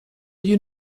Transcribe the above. you